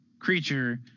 creature